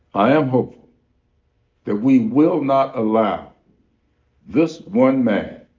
i am hopeful that we will not allow this one man